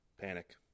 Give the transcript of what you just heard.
panic